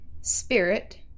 spirit